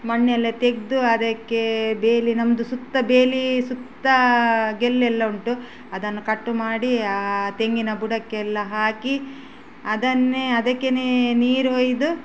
ಮಣ್ಣೆಲ್ಲ ತೆಗೆದು ಅದಕ್ಕೆ ಬೇಲಿ ನಮ್ಮದು ಸುತ್ತ ಬೇಲಿ ಸುತ್ತಾ ಗೆಲ್ಲೆಲ್ಲ ಉಂಟು ಅದನ್ನು ಕಟ್ಟುಮಾಡಿ ಆ ತೆಂಗಿನ ಬುಡಕ್ಕೆಲ್ಲ ಹಾಕಿ ಅದನ್ನೇ ಅದಕ್ಕೇನೆ ನೀರು ಹೊಯ್ದು